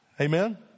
Amen